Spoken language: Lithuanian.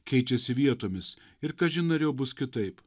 keičiasi vietomis ir kažin ar jau bus kitaip